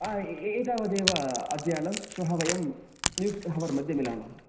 आ ए एतावदेव अद्य अलं श्वः वयं न्यूस् हवर् मध्ये मिलामः